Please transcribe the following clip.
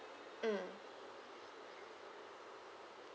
mm